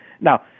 Now